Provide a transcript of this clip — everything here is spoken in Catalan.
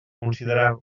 considerar